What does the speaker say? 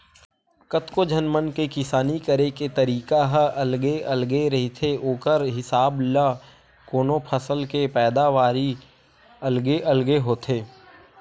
कतको झन मन के किसानी करे के तरीका ह अलगे अलगे रहिथे ओखर हिसाब ल कोनो फसल के पैदावारी अलगे अलगे होथे